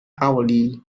hourly